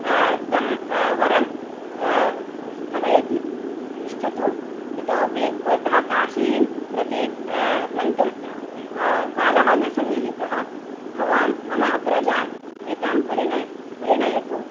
तं वरं स्थगयति तिष्ठतु इतोऽपि भवतः काशीं प्रति गन्तुं कालः न सन्निहितः भवान् मम अग्रजान् एतान् परिणे परिणयतु